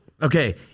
Okay